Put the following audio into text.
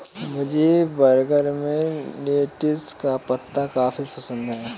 मुझे बर्गर में लेटिस का पत्ता काफी पसंद है